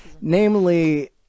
Namely